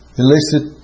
illicit